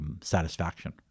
satisfaction